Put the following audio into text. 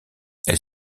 elle